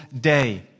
day